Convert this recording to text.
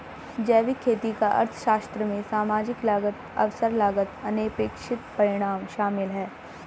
जैविक खेती का अर्थशास्त्र में सामाजिक लागत अवसर लागत अनपेक्षित परिणाम शामिल है